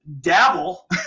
dabble